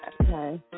okay